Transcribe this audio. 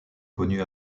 connu